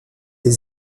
les